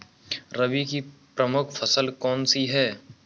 रबी की प्रमुख फसल कौन सी है?